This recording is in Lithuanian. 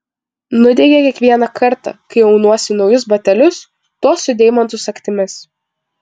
nudiegia kiekvieną kartą kai aunuosi naujus batelius tuos su deimantų sagtimis